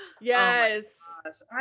yes